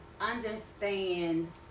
understand